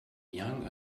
young